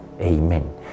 Amen